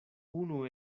unu